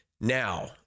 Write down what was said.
Now